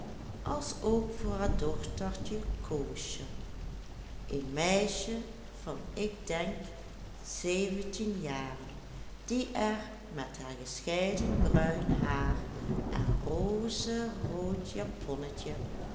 als ook voor haar dochtertje koosje een meisje van ik denk zeventien jaren die er met haar gescheiden bruin haar en rozerood japonnetje